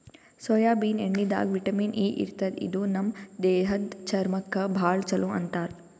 soybean ಎಣ್ಣಿದಾಗ್ vitamin E ಇರ್ತದ್ ಇದು ನಮ್ ದೇಹದ್ದ್ ಚರ್ಮಕ್ಕಾ ಭಾಳ್ ಛಲೋ ಅಂತಾರ್